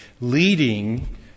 leading